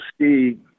see